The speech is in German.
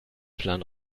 plan